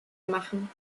machen